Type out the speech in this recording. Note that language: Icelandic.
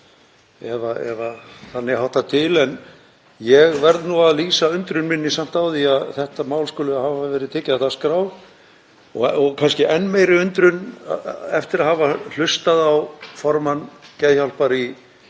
ef þannig háttar til. En ég verð nú samt að lýsa undrun minni á því að þetta mál skuli hafa verið tekið á dagskrá og kannski enn meiri undrun eftir að hafa hlustað á formann Geðhjálpar í